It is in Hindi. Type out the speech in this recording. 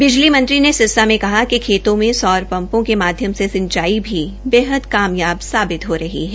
बिजली मंत्री ने सिरसा में कहा कि खेतों में सौर पंपों के माध्यम से सिंचाई भी बेहद कामयाब साबित हो रही है